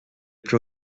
plus